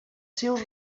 seus